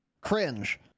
Cringe